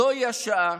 זוהי השעה